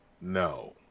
no